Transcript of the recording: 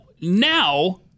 now